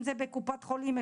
אם זה בקופת חולים,